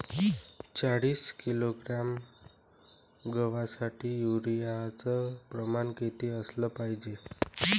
चाळीस किलोग्रॅम गवासाठी यूरिया च प्रमान किती असलं पायजे?